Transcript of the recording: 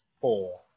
four